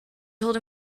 told